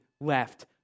left